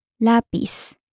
Lapis